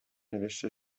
نوشته